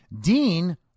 Dean